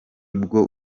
bwo